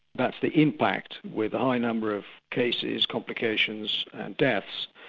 that's the impact with a high number of cases, complications, and deaths,